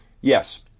Yes